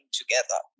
together